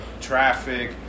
traffic